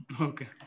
Okay